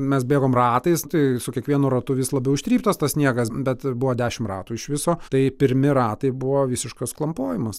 mes bėgom ratais tai su kiekvienu ratu vis labiau ištryptas tas sniegas bet buvo dešim ratų iš viso tai pirmi ratai buvo visiškas klampojimas